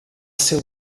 seu